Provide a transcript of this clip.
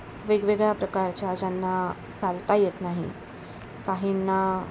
वेगवेगळ्या प्रकारच्या ज्यांना चालता येत नाही काहींना